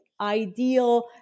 ideal